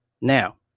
Now